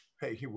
hey